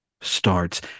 starts